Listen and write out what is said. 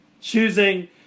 choosing